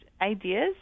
ideas